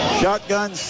shotgun